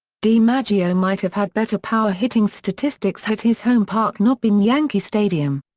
dimaggio might have had better power-hitting statistics had his home park not been yankee stadium.